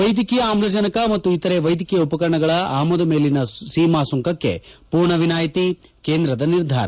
ವೈದ್ಯಕೀಯ ಆಮ್ಲಜನಕ ಮತ್ತು ಇತರೆ ವೈದ್ಯಕೀಯ ಉಪಕರಣಗಳ ಆಮದು ಮೇಲಿನ ಸೀಮಾ ಸುಂಕಕ್ಕೆ ಪೂರ್ಣ ವಿನಾಯಿತಿ ಕೇಂದ್ರದ ನಿರ್ಧಾರ